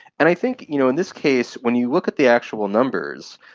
and i think you know in this case when you look at the actual numbers,